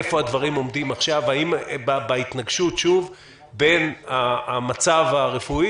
איפה הדברים עומדים עכשיו בהתנגשות בין המצב הרפואי